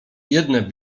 jedne